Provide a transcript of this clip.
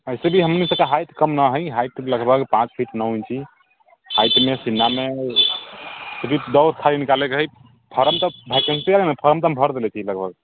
अइसे तऽ हमनीके हाइट कम न हइ हाइट लगभग पाँच फिट नओ इंच हाइटमे सीनामे सिर्फ दौड़ खाली निकालयके हइ फार्म तऽ वैकेन्सी हइ ने फॉर्म तऽ हम भरि देने छी लगभग